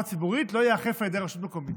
ציבורית לא תיאכף על ידי רשות מקומית.